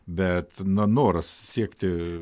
bet noras siekti